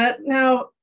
Now